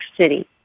City